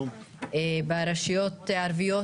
ברשויות הערביות,